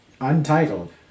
untitled